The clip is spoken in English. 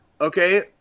okay